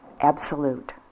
absolute